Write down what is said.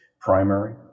Primary